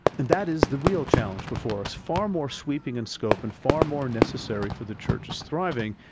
and that is the real challenge before us, far more sweeping in scope and far more necessary for the church's thriving